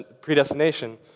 predestination